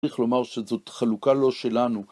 צריך לומר שזאת חלוקה לא שלנו.